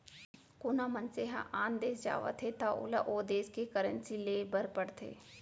कोना मनसे ह आन देस जावत हे त ओला ओ देस के करेंसी लेय बर पड़थे